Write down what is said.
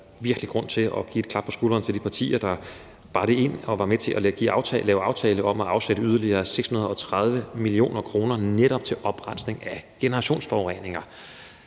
virkelig grund til at give et klap på skulderen til de partier, der bar det ind og var med til at lave en aftale om at afsætte yderligere 630 mio. kr. netop til oprensning af generationsforureninger,